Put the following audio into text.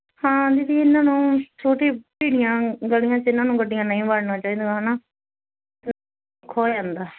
ਹਾਂਜੀ ਇਹਨਾਂ ਨੂੰ ਛੋਟੀ ਭੀੜੀਆਂ ਗਲੀਆਂ ਚ ਇਹਨਾਂ ਨੂੰ ਗੱਡੀਆਂ ਨਹੀਂ ਵੜਨਾ ਚਾਹੀਦਾ ਹਨਾ ਖੋ ਜਾਂਦਾ